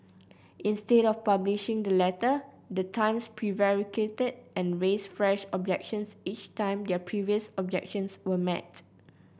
instead of publishing the letter the Times prevaricated and raised fresh objections each time their previous objections were met